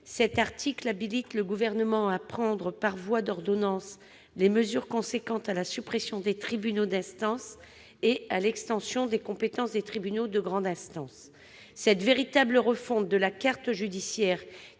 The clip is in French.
pays. Il habilite le Gouvernement à prendre par voie d'ordonnances les mesures conséquentes à la suppression des tribunaux d'instance et à l'extension des compétences des tribunaux de grande instance. Cette véritable refonte de la carte judiciaire